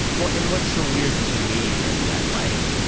well and what's so weird to me is that, like,